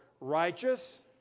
righteous